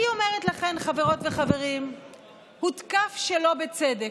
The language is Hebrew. כן, אומר בג"ץ, מותר לייצר תקופות צינון,